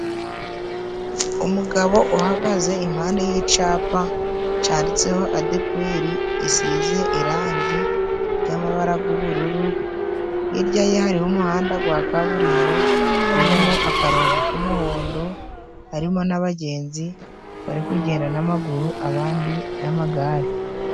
Umugabo uhagaze impande y'icapa cyanditseho adeperi gisize irangi ry'amabara g'ubururu, hirya ye hari umuhanda gwa kaburimbo gurimo akarongo k'umuhondo, harimo n'abagenzi bari kugenda n'amaguru abandi n'amagare.